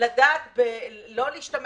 לא מידתי, לא סביר.